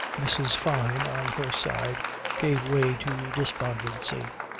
mrs. fyne on her side gave way to despondency.